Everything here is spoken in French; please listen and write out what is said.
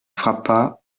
frappa